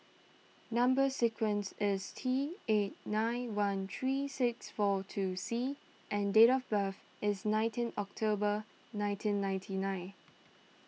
Number Sequence is T eight nine one three six four two C and date of birth is nineteen October nineteen ninety nine